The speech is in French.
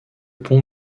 pont